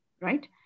right